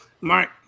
Mark